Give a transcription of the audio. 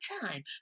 time